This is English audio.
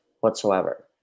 whatsoever